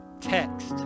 text